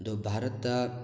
ꯑꯗꯣ ꯚꯥꯔꯠꯇ